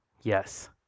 Yes